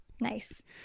Nice